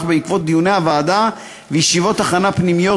בעקבות דיוני הוועדה וישיבות הכנה פנימיות,